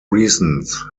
recent